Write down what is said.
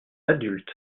adulte